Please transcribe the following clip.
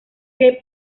que